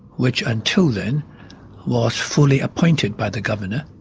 which until then was fully appointed by the governor,